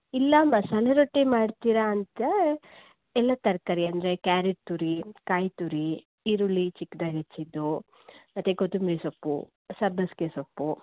ಇಲ್ಲ ಮಸಾಲೆ ರೊಟ್ಟಿ ಮಾಡ್ತೀರಾ ಅಂತ ಎಲ್ಲ ತರಕಾರಿ ಅಂದರೆ ಕ್ಯಾರೆಟ್ ತುರಿ ಕಾಯಿತುರಿ ಈರುಳ್ಳಿ ಚಿಕ್ಕದಾಗಿ ಹಚ್ಚಿದ್ದು ಮತ್ತು ಕೊತ್ತಂಬರಿ ಸೊಪ್ಪು ಸಬ್ಬಸಿಗೆ ಸೊಪ್ಪು